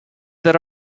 there